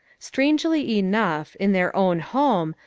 strangely enough, in their own home,